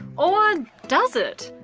or, does it?